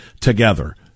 together